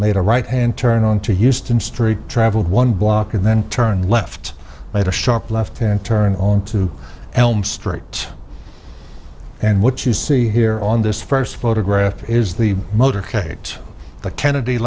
made a right hand turn onto used in street traveled one block and then turned left made a sharp left turn onto elm street and what you see here on this first photograph is the motorcade the kennedy